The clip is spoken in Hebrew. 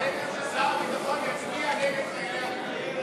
זה בסדר ששר הביטחון יצביע נגד חיילי המילואים?